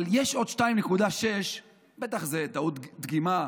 אבל יש עוד 2.6% בטח זו טעות דגימה,